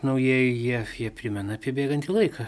naujieji jie jie primena apie bėgantį laiką